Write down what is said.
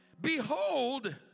Behold